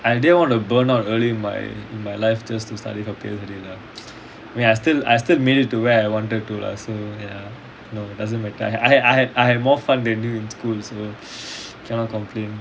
I didn't want to burn out early in my in my life just to study for P_S_L_E lah I mean I still I still made it to where I wanted to lah so ya you know doesn't matter lah I ha~ I ha~ I have more fun than you in school so cannot compare